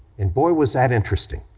and boy was that interesting.